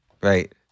right